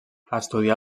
estudià